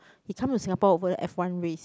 he come to Singapore over the F one race